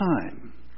time